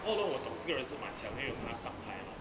oh no 我懂这个人是满强而又他展台 mah